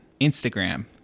Instagram